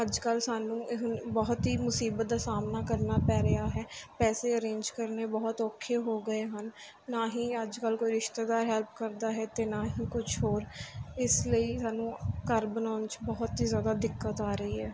ਅੱਜ ਕੱਲ੍ਹ ਸਾਨੂੰ ਬਹੁਤ ਹੀ ਮੁਸੀਬਤ ਦਾ ਸਾਹਮਣਾ ਕਰਨਾ ਪੈ ਰਿਹਾ ਹੈ ਪੈਸੇ ਅਰੇਂਜ ਕਰਨੇ ਬਹੁਤ ਔਖੇ ਹੋ ਗਏ ਹਨ ਨਾ ਹੀ ਅੱਜ ਕੱਲ੍ਹ ਕੋਈ ਰਿਸ਼ਤੇਦਾਰ ਹੈਲਪ ਕਰਦਾ ਹੈ ਅਤੇ ਨਾ ਹੀ ਕੁਝ ਹੋਰ ਇਸ ਲਈ ਸਾਨੂੰ ਘਰ ਬਣਾਉਣ 'ਚ ਬਹੁਤ ਹੀ ਜ਼ਿਆਦਾ ਦਿੱਕਤ ਆ ਰਹੀ ਹੈ